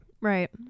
Right